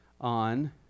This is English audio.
on